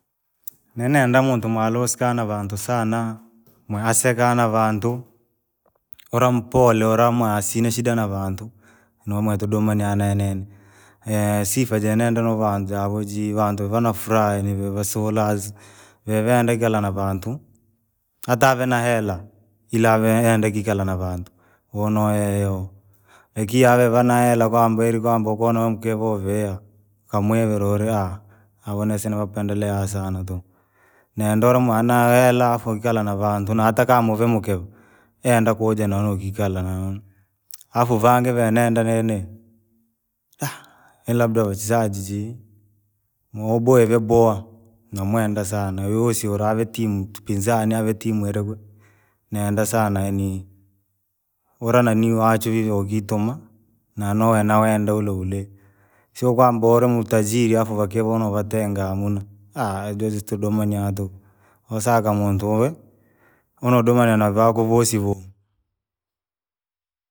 ninenda muntu mwe alusika na vantu sana, mwe aseka na vantu, ula mpole, ula mwa asina shida na vantu, numwe tudume nea- nenene, sifa je nenda nuvantu javo jiva vantu vana furaha yaani vee- vee- vasiulazi, veve vandekera na vantu!. Hata ave na hela, ila ave enda kikala na vantu, ikia vee vana hela kwambe ili kwamba kuwa na mke vovea, amwevere orya, awanasina upendeleo sana tuku. Nenda ulu mwana hela afu ikala navantu na hatakama muve mukewe, yenda kuja nonokikala, afu vangi venenda nini. ilabda usajiji, uboe vyaboha, numwenda sana uyiwisi ulavitimu mpinzani avetimu. Nenda sana yaani, ula nanii wachwe vivi ukituma, na nao- nowenda uliwuli, sio kwamba uli mutajiri afu wakevo venovatenga amuna. ejezo tudoma na tuku, wosaka muntu uve, une udomane na vakuvosi vuu.